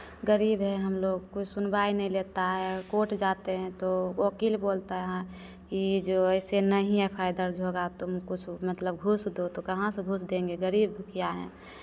गरीब हैं हम लोग कोई सुनवाई नहीं लेता है कोर्ट जाते हैं तो वकील बोलता है कि ये जो ऐसे नहीं एफ़ आइ दर्ज़ होगा तुम कुछ मतलब घूस दो तो कहाँ से घूस देंगे गरीब दुखिया हैं